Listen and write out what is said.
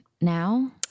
now